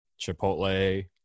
Chipotle